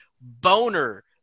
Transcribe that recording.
boner